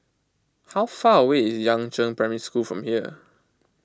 how far away is Yangzheng Primary School from here